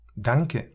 Danke